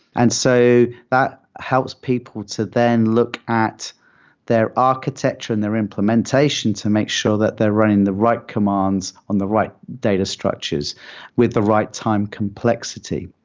and so that helps people to then look at their architecture and their implementation to make sure that they're running the right commands on the right data structures with the right time complexity.